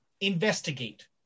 investigate